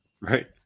Right